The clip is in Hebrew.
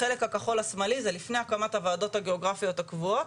החלק הכחול השמאלי זה לפני הקמת הוועדות הגיאוגרפיות הקבועות.